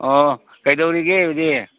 ꯑꯣ ꯀꯩꯗꯧꯔꯤꯒꯦ ꯍꯧꯖꯤꯛ